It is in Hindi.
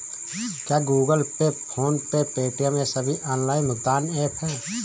क्या Google Pay PhonePe Paytm ये सभी ऑनलाइन भुगतान ऐप हैं?